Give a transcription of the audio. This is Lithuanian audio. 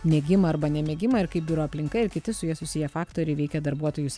mėgimą arba nemėgimą ir kaip biuro aplinka ir kiti su ja susiję faktoriai veikia darbuotojus